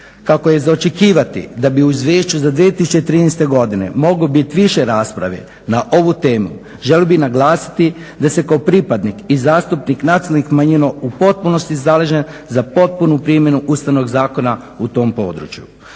Kako je za očekivati da bi u Izvješću za 2013. godinu moglo biti više raspravi na ovu temu, želio bih naglasiti da se kao pripadnik i zastupnik nacionalnih manjina u potpunosti zalažem za potpunu primjenu Ustavnog zakona u tom području.